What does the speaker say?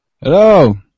Hello